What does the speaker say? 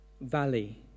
valley